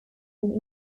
burden